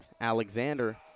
Alexander